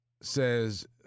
says